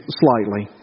slightly